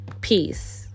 Peace